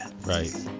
right